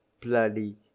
Bloody